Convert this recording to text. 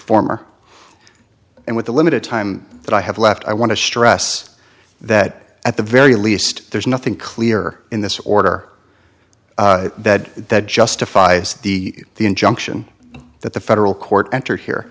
former and with the limited time that i have left i want to stress that at the very least there's nothing clear in this order that that justifies the the injunction that the federal court enter here